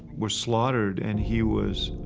were slaughtered. and he was,